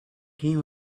came